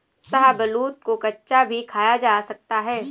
शाहबलूत को कच्चा भी खाया जा सकता है